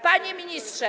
Panie Ministrze!